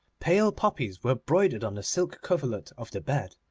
pale poppies were broidered on the silk coverlet of the bed,